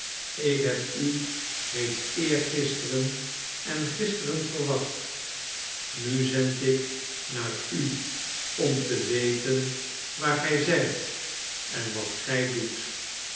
ik heb u reeds eergisteren en gisteren verwacht nu zend ik naar u om te weten waar gij zijt en wat gij doet